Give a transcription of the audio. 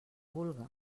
vulga